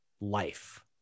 life